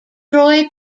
troy